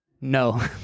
No